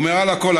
ומעל הכול,